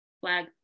flag